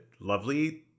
lovely